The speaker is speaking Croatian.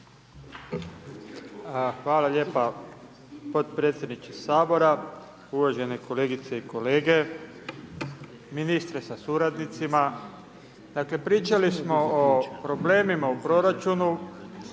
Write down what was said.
Hvala lijepa podpredsjedniče Sabora, uvažene kolegice i kolege, ministre sa suradnicima. Znači, tijekom ove rasprave